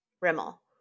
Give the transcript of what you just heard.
Rimmel